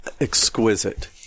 exquisite